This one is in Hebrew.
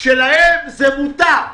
להם זה מותר,